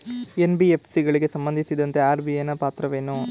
NBFC ಗಳಿಗೆ ಸಂಬಂಧಿಸಿದಂತೆ RBI ಪಾತ್ರವೇನು?